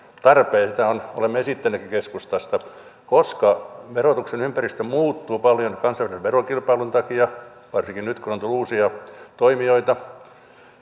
tarpeen sitä olemme esittäneetkin keskustasta koska verotuksen ympäristö muuttuu paljon kansainvälisen verokilpailun takia varsinkin nyt kun on tullut uusia toimijoita